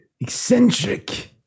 Eccentric